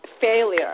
failure